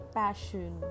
passion